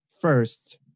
first